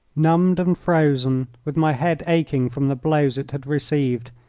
numbed and frozen, with my head aching from the blows it had received,